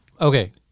Okay